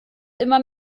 immer